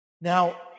Now